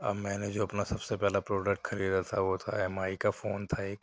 اب میں نے جو اپنا سب سے پہلا پروڈکٹ خریدا تھا وہ تھا ایم آئی کا فون تھا ایک